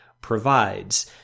provides